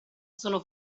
sono